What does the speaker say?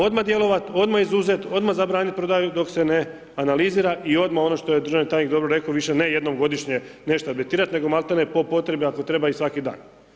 Odmah djelovat, odmah izuzet, odmah zabranit prodaju dok se ne analizira i odmah ono što je državni tajnik dobro rekao, više ne jednom godišnje nešto ... nego malti ne po potrebi ako treba i svaki dan.